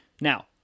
Now